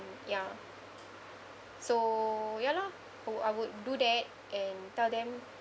ya so ya lah I would I would do that and tell them